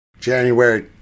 January